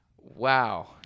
Wow